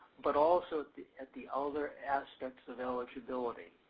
but also at the at the other aspects of eligibility.